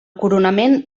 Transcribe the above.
coronament